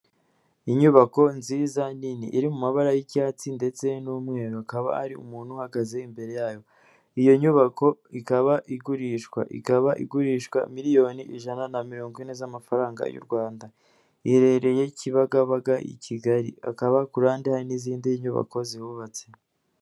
Inyubako nziza nini iri mu mabara y'icyatsi ndetse n'umweru, hakaba hari umuntu uhagaze imbere yayo. Iyo nyubako ikaba igurishwa, ikaba igurishwa miliyoni ijana na mirongo ine z'amafaranga y'u Rwanda, iherereye Kibagabaga i Kigali, akaba ku ruhande hari n'izindi nyubako zihubatse.